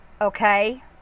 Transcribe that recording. Okay